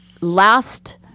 last